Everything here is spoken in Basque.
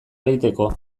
ereiteko